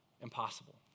impossible